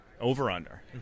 Over-under